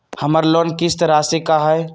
हमर लोन किस्त राशि का हई?